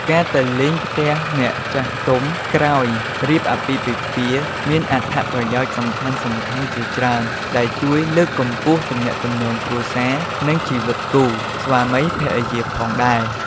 ការទៅលេងផ្ទះអ្នកចាស់ទុំក្រោយរៀបអាពាហ៍ពិពាហ៍ មានអត្ថប្រយោជន៍សំខាន់ៗជាច្រើន ដែលជួយលើកកម្ពស់ទំនាក់ទំនងគ្រួសារនិងជីវិតគូ ស្វាមីភរិយាផងដែរ។